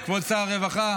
כבוד שר הרווחה,